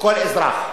לכל אזרח.